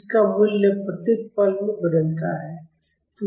इसका मूल्य प्रत्येक पल में बदलता है